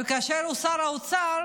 וכאשר הוא שר האוצר,